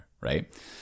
right